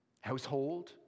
household